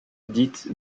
dite